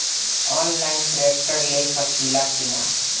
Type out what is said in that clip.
Online tractor ले सकीला कि न?